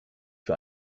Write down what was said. für